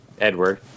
Edward